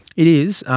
it is.